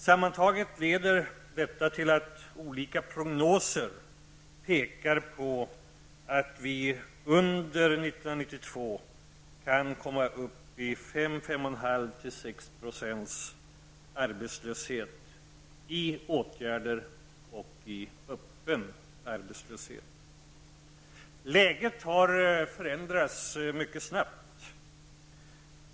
Sammantaget leder detta till att olika prognoser pekar på att vi, om man räknar in både personer som är föremål för arbetsmarknadsåtgärder och sådana som är öppet arbetslösa, under 1992 kan komma upp i en arbetslöshet på 5--6 %. Läget har förändrats mycket snabbt.